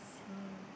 mm